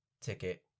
ticket